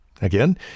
Again